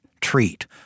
treat